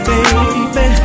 Baby